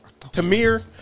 Tamir